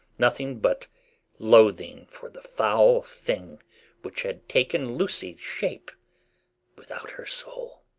nothing but loathing for the foul thing which had taken lucy's shape without her soul.